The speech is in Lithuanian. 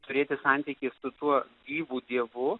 turėti santykį su tuo gyvu dievu